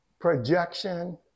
projection